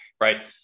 right